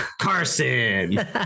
carson